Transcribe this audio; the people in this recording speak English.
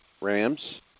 Rams